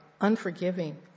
unforgiving